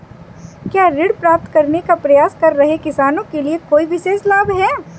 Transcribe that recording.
क्या ऋण प्राप्त करने का प्रयास कर रहे किसानों के लिए कोई विशेष लाभ हैं?